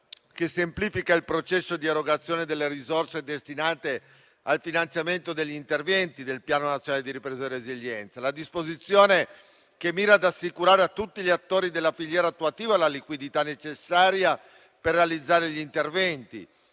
che semplifica il processo di erogazione delle risorse destinate al finanziamento degli interventi del Piano nazionale di ripresa e resilienza. La disposizione che mira ad assicurare a tutti gli attori della filiera attuativa la liquidità necessaria per realizzare gli interventi